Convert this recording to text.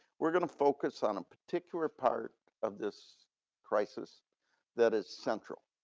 we're gonna focus on a particular part of this crisis that is central,